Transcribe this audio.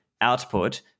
output